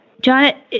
John